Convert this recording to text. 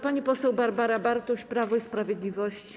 Pani poseł Barbara Bartuś, Prawo i Sprawiedliwość.